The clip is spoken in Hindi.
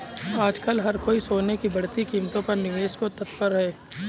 आजकल हर कोई सोने की बढ़ती कीमतों पर निवेश को तत्पर है